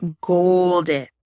golden